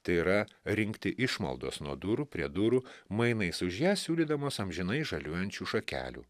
tai yra rinkti išmaldos nuo durų prie durų mainais už jas siūlydamos amžinai žaliuojančių šakelių